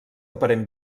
aparent